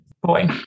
Boy